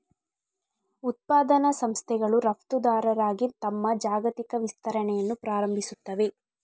ಉತ್ಪಾದನಾ ಸಂಸ್ಥೆಗಳು ರಫ್ತುದಾರರಾಗಿ ತಮ್ಮ ಜಾಗತಿಕ ವಿಸ್ತರಣೆಯನ್ನು ಪ್ರಾರಂಭಿಸುತ್ತವೆ